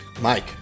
Mike